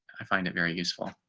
i find it very useful.